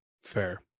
fair